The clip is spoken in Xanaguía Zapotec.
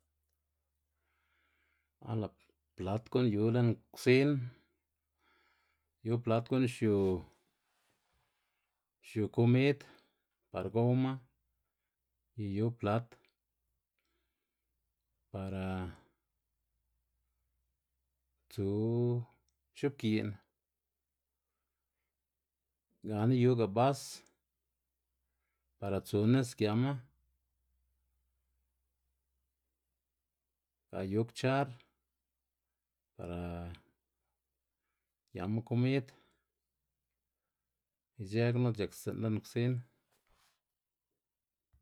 A lë' plat gu'n yu lën ksin, yu plat gu'n xiu xiu komid par gowma y yu plat para tsu x̱oꞌbgi'n gana yuga bas para tsu nis giama, ga yu kchar para giama komid ic̲h̲ë gunu c̲h̲akstsi'n lën ksin.